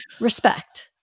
respect